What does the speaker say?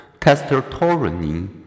testosterone